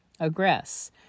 Aggress